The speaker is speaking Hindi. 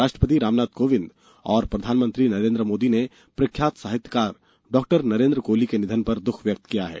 राष्ट्रपति रामनाथ कोविंद और प्रधानमंत्री नरेन्द्र मोदी ने प्रख्यात साहित्यकार डॉक्टर नरेन्द्र कोहली के निधन पर दुख व्यक्त किया है